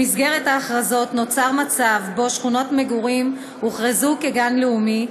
במסגרת ההכרזות נוצר מצב שבו שכונות מגורים הוכרזו כגן לאומי.